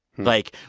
like,